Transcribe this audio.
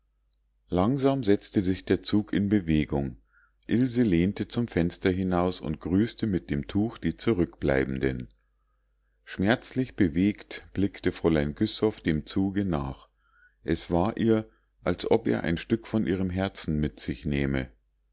langsam setzte sich der zug in bewegung ilse lehnte zum fenster hinaus und grüßte mit dem tuch die zurückbleibenden schmerzlich bewegt blickte fräulein güssow dem zuge nach es war ihr als ob er ein stück von ihrem herzen mit sich nähme